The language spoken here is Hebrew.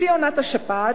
בשיא עונת השפעת,